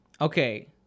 okay